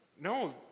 No